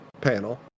panel